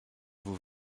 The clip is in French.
vous